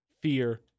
fear